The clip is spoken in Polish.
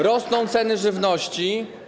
Rosną ceny żywności.